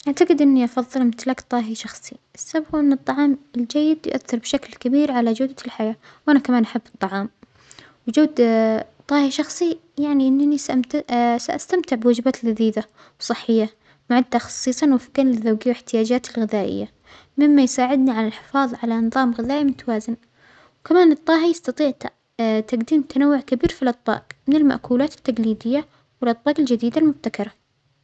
أعتجد إنى أفظل أمتلك طاهى شخصى، والسبب هو أن الطعام الجيد يؤثر بشكل كبير على جودة الحياه، وأنا كمان أحب الطعام، وجود طاهى شخصى عيني أننى سأمت سأستمتع بوجبات لذيذة وصحية مع التخصيصن الموافجين لزوجى وإحتياجاتى الغذائية، مما يساعدنى على الحفاظ على نظام غذائى متوازن وكمان الطاهى يستطيع تجديم تنوع كبير في الأطباج من المأكولات التجليدية والأطباج الجديدة المبتكرة.